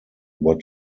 who